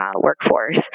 workforce